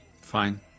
Fine